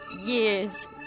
years